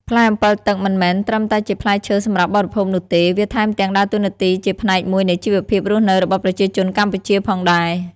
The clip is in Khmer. ផ្លែអម្ពិលទឹកមិនមែនត្រឹមតែជាផ្លែឈើសម្រាប់បរិភោគនោះទេ វាថែមទាំងដើរតួនាទីជាផ្នែកមួយនៃជីវភាពរស់នៅរបស់ប្រជាជនកម្ពុជាផងដែរ។